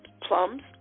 plums